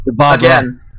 Again